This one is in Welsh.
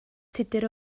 tudur